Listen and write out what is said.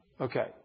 okay